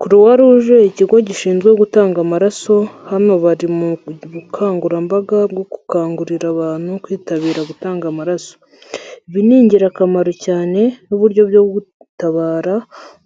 Kuruwaruje ikigo gishinzwe gutanga amaraso, hano bari mu bukangurambaga bwo gukangurira abantu kwitabira gutanga amaraso. ibi ni ingirakamaro cyane, n'uburyo bwo gutabara,